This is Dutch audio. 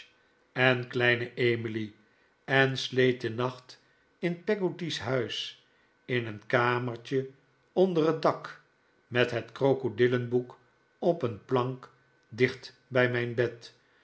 en kleine emily en sleet den nacht in peggotty's huis in een kamertje onder het dak met het krokodillenboek op een plank dicht bij mijn bed